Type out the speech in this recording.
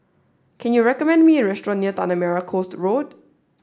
can you recommend me a restaurant near Tanah Merah Coast Road